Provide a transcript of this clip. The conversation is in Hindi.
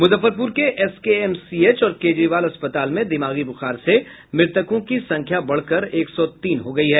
मुजफ्फरपुर के एसकेएमसीएच और केजरीवाल अस्पताल में दिमागी ब्रखार से मृतकों की संख्या बढ़कर एक सौ तीन हो गयी है